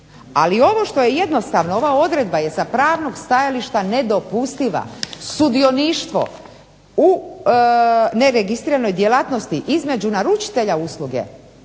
Ali ovo što je jednostavno, ova odredba je sa pravnog stajališta nedopustiva. Sudioništvo u neregistriranoj djelatnosti između naručitelja usluge